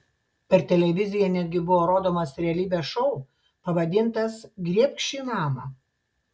per televiziją netgi buvo rodomas realybės šou pavadintas griebk šį namą